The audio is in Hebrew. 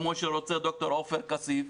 כמו שרוצה ד"ר עופר כסיף,